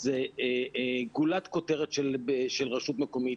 זו גולת כותרת של רשות מקומית,